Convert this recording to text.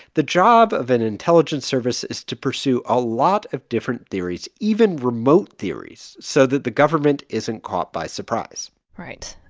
the job of an intelligence service is to pursue a lot of different theories, even remote theories, so that the government isn't caught by surprise right.